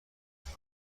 عضوم